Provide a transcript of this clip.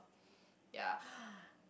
ya